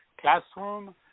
classroom